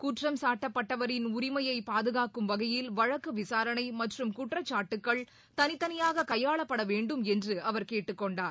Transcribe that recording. குற்றம் சாட்டப்பட்டவரின் உரிமையை பாதுகாக்கும் வகையில் வழக்கு விசாரணை மற்றும் குற்றச்சாட்டுக்கள் தனித்தனியாக கையாளப்பட வேண்டும் என்று அவர் கேட்டுக் கொண்டார்